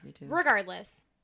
Regardless